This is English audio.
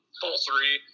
falsery